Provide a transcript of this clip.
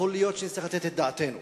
יכול להיות שנצטרך לתת את דעתנו